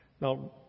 Now